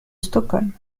stockholm